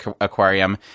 aquarium